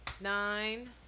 nine